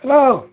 hello